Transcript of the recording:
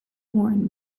born